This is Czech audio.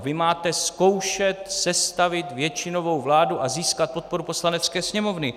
Vy máte zkoušet sestavit většinovou vládu a získat podporu Poslanecké sněmovny.